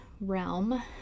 realm